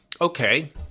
okay